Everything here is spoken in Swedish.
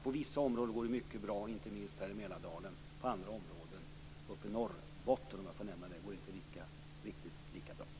På vissa områden går det mycket bra, inte minst här i Mälardalen. På andra områden, i Norrbotten om jag får nämna det, går det inte riktigt lika bra.